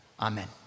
Amen